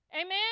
Amen